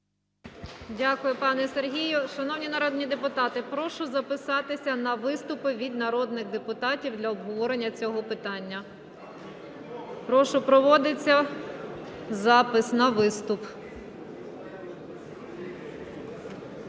Дякую, пане Сергію. Шановні народні депутати, прошу записатися на виступи від народних депутатів для обговорення цього питання. Прошу, проводиться запис на виступи.